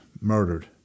murdered